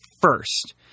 first